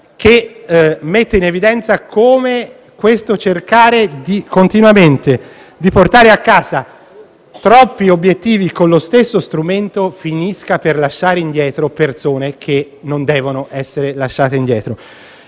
che mette in evidenza come il fatto di cercare continuamente di portare a casa troppi obiettivi con lo stesso strumento finisca per lasciare indietro proprio le persone che non devono essere lasciate indietro.